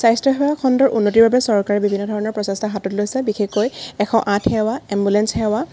স্বাস্থ্য সেৱা খণ্ডৰ উন্নতিৰ বাবে চৰকাৰে বিভিন্ন ধৰণৰ প্ৰচেষ্টা হাতত লৈছে বিশেষকৈ এশ আঠ সেৱা এম্বুলেঞ্চ সেৱা